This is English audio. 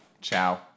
Ciao